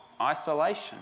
isolation